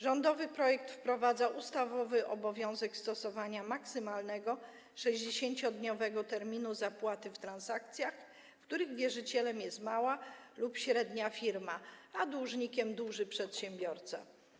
Rządowy projekt wprowadza ustawowy obowiązek stosowania maksymalnego 60-dniowego terminu zapłaty w transakcjach, w których wierzycielem jest mała lub średnia firma, a dłużnikiem - duży przedsiębiorca.